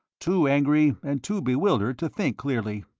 too angry and too bewildered to think clearly.